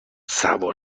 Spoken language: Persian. سوار